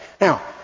Now